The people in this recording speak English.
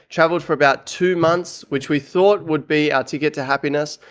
traveled for about two months, which we thought would be our ticket to happiness,